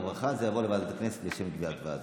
זה יעבור לוועדת הכנסת לשם קביעת ועדה.